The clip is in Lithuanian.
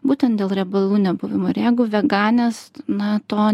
būtent dėl riebalų nebuvimo ir jeigu veganės na to